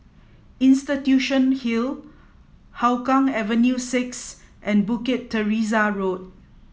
Institution Hill Hougang Avenue six and Bukit Teresa Road